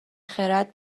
خرد